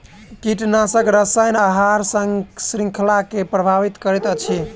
कीटनाशक रसायन आहार श्रृंखला के प्रभावित करैत अछि